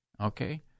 okay